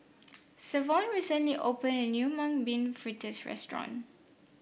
Savon recently opened a new Mung Bean Fritters restaurant